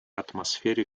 атмосфере